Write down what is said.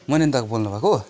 मैन्नता बोल्नुभएको